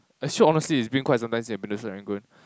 actually honestly it's been quite some time since I've been to Serangoon